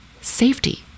safety